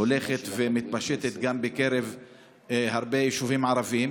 הולכת ומתפשטת גם בהרבה יישובים ערביים.